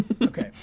Okay